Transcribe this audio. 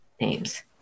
names